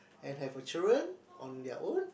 and have a children on their own